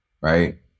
right